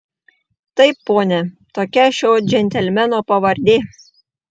taip pone tokia šio džentelmeno pavardė